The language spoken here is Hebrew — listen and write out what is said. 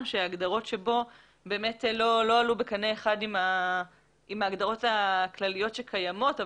שההגדרות שבו לא עלו בקנה אחד עם ההגדרות הכלליות שקיימות.